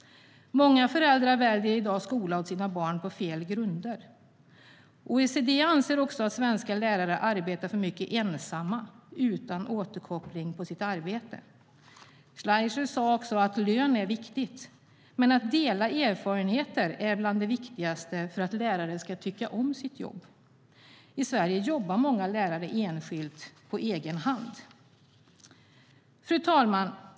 Många föräldrar väljer i dag skola för sina barn på fel grunder. OECD anser också att svenska lärare arbetar för mycket ensamma utan återkoppling på sitt arbete. Schleicher sa också att lön är viktigt, men att dela erfarenheter är bland det viktigaste för att lärare ska tycka om sitt jobb. I Sverige jobbar många lärare enskilt på egen hand. Fru talman!